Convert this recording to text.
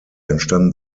entstanden